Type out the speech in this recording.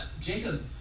Jacob